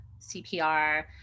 CPR